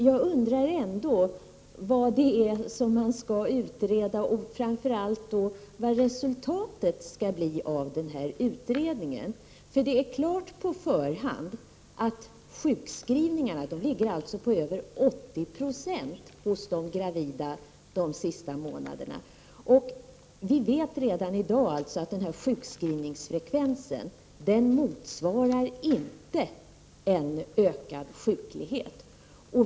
Jag undrar ändock vad som skall utredas och framför allt vilket resultat det skall bli av utredningarna. Det är klart på förhand att sjukskrivningarna för gravida kvinnor ligger på 80 20 de sista månaderna. Redan i dag vet vi att sjukskrivningsfrekvensen inte motsvarar en ökad sjuklighet.